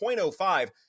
0.05